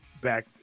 back